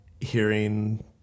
hearing